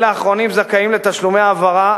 אלה האחרונים זכאים לתשלומי העברה,